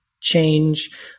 change